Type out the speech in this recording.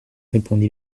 répondit